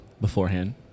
beforehand